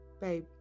babe